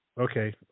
okay